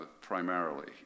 primarily